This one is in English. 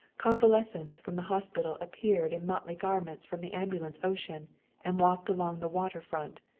convalescents from the hospital appeared in motley garments from the ambulance ocean and walked along the water front,